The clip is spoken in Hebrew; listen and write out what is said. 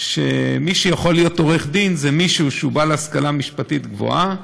שמי שיכול להיות עורך דין זה מי שהוא בעל השכלה משפטית גבוהה,